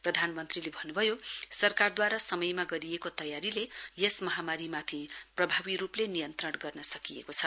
प्रदानमन्त्रीले भन्नुभयो सरकारद्वारा समयमा गरिएको तयारीले यस महामारीमाथि प्रभावी रुपले नियन्त्रण गर्न सकिएको छ